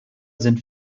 sind